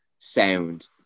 Sound